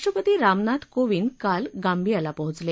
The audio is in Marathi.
राष्ट्रपती रामनाथ कोविंद काल गांबियाला पोचले